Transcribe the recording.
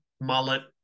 mullet